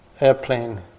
airplane